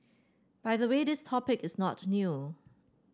by the way this topic is not new